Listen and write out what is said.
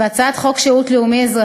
ואת הצעת חוק שירות לאומי-אזרחי,